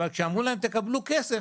אבל כשאמרו להם תקבלו כסף,